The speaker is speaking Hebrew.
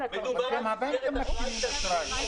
מדובר על מסגרת אשראי תזרימית.